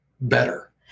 better